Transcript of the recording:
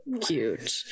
cute